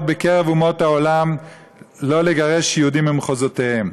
בקרב אומות העולם לא לגרש יהודים ממחוזותיהם?